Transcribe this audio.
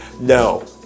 No